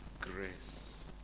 grace